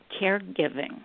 caregiving